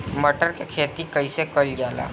मटर के खेती कइसे कइल जाला?